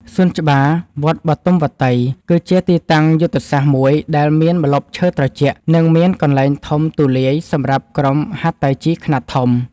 សួនច្បារវត្តបទុមវតី គឺជាទីតាំងយុទ្ធសាស្ត្រមួយដែលមានម្លប់ឈើត្រជាក់ និងមានកន្លែងធំទូលាយសម្រាប់ក្រុមហាត់តៃជីខ្នាតធំ។